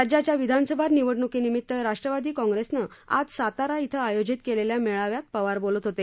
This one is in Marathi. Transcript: राज्याच्या विधानसभा निवडणुकीनिमित्त राष्ट्रवादी काँग्रेसनं आज सातारा इथं आयोजित केलेल्या मेळाव्यात पवार बोलत होते